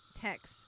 text